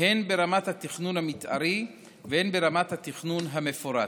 הן ברמת התכנון המתארי והן ברמת התכנון המפורט.